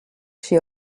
she